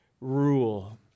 rule